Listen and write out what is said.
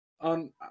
on